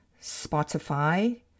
Spotify